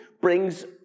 brings